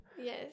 yes